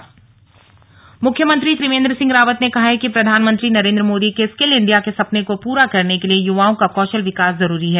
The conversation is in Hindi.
स्लग उदघाटन सीएम मुख्यमंत्री त्रिवेन्द्र सिंह रावत ने कहा है कि प्रधानमंत्री नरेन्द्र मोदी के स्किल इंडिया के सपने को पूरा करने के लिए युवाओं का कौशल विकास जरूरी है